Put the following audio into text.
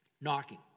knocking